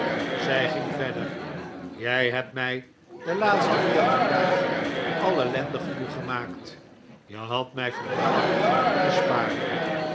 zij ging verder jij hebt mij de laatste veertien dagen al ellendig genoeg gemaakt je had mij vandaag kunnen sparen